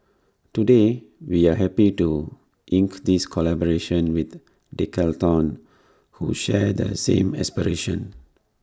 today we are happy to ink this collaboration with Decathlon who share the same aspiration